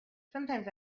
sometimes